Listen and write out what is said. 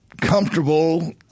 comfortable